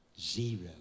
zero